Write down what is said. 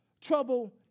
trouble